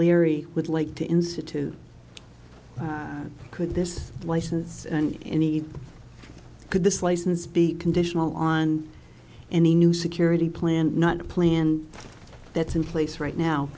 o'leary would like to institute could this license and any could this license be conditional on any new security plan not a plan that's in place right now